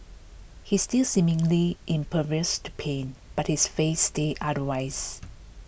he's still seemingly impervious to pain but his face says otherwise